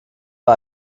war